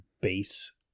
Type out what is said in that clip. base